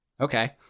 Okay